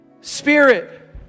spirit